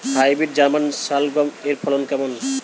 Hybrid German শালগম এর ফলন কেমন?